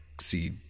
see